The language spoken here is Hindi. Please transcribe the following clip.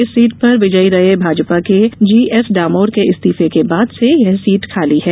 इस सीट से विजयी रहे भाजपा के जी एस डामोर के इस्तीफे के बाद से यह सीट खाली है